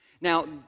Now